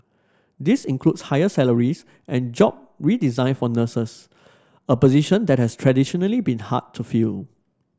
this includes higher salaries and job redesign for nurses a position that has traditionally been hard to fill